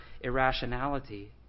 irrationality